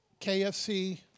KFC